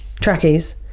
Trackies